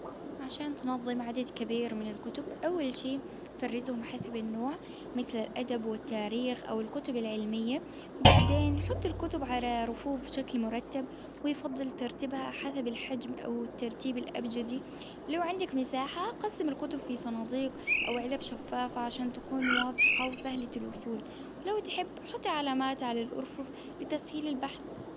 عشان تنظم عديد كبير من الكتب أول شي فرجيهم حسب النوع مثل الأدب والتاريخ أو الكتب العلمية بعدين حط الكتب على رفوف بشكل مرتب، ويفضل ترتيبها حسب الحجم ،أو ترتيب الأبجدي لو عندك مساحة قسم الكتب في صناديق، أو علب شفافة عشان واضحة وسهلة الوصول، لو تحب حطي علامات على الأرفف لتشغيل البحث.